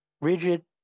Rigid